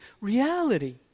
reality